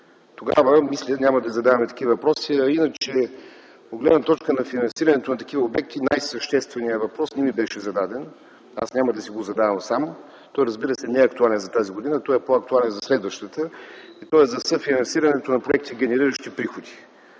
Тогава мисля, че няма да задава такива въпроси. Иначе, от гледна точка на финансирането на такива обекти най-същественият въпрос не ми беше зададен. Аз няма да си го задавам сам. Той, разбира се, не е актуален за тази година. Той е по-актуален за следващата и е за съфинансирането на проекти, генериращи приходи.